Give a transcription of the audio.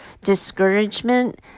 discouragement